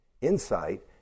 Insight